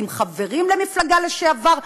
עם חברים למפלגה לשעבר,